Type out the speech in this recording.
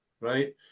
right